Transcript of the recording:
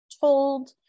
told